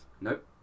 Nope